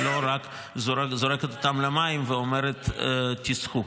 ולא רק זורקת אותם למים ואומרת: תשחו.